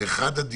אם